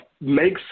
make